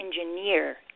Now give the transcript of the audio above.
engineer